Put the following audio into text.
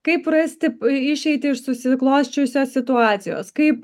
kaip rasti išeitį iš susiklosčiusios situacijos kaip